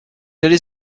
allait